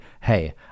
hey